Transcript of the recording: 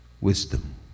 wisdom